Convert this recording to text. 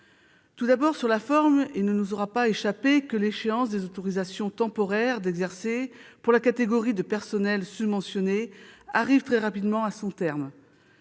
Tout d'abord, sur la forme, il ne nous aura pas échappé que l'échéance des autorisations temporaires d'exercer pour la catégorie de personnels susmentionnée arrive très rapidement à son terme.